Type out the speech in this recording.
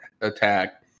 attack